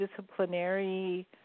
disciplinary